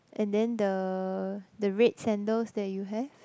and then the the red sandals that you have